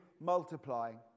multiplying